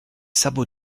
sabots